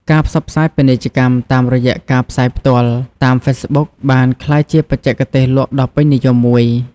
ការផ្សព្វផ្សាយពាណិជ្ជកម្មតាមរយៈការផ្សាយផ្ទាល់ តាមហ្វេសប៊ុកបានក្លាយជាបច្ចេកទេសលក់ដ៏ពេញនិយមមួយ។